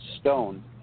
stone